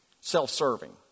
self-serving